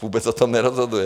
Vůbec o tom nerozhoduje.